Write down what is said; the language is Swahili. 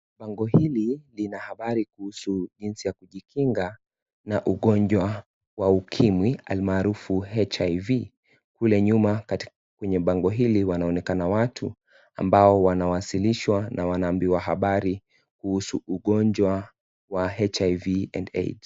Bango hili lina habari kuhusu jinsi ya kujikinga na ugonjwa wa ukimwi almaarufu HIV kule nyuma katika kwenye bango hili kunaonekana watu ambao wanawasilishwa na wanaambiwa habari kuhusu ugonjwa wa HIV and AIDs .